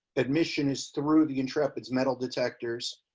admission is through the intrepid metal detectors.